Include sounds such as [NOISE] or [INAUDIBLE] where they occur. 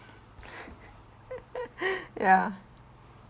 [LAUGHS] ya